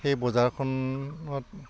সেই বজাৰখনত